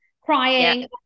crying